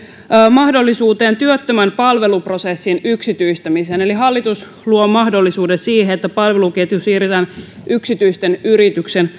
mahdollisuuteen yksityistää työttömän palveluprosessi eli hallitus luo mahdollisuuden siihen että palveluketju siirretään yksityisten yritysten